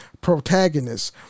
protagonists